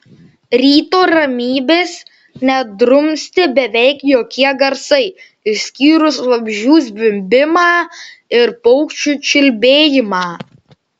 ryto ramybės nedrumstė beveik jokie garsai išskyrus vabzdžių zvimbimą ir paukščių čiulbėjimą